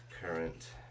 current